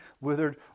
withered